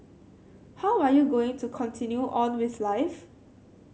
how are you going to continue on with life